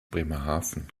bremerhaven